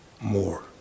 more